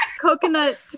Coconut